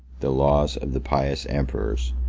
the laws of the pious emperors,